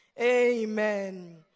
Amen